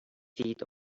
feet